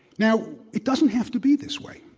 now, it doesn't have to be this way.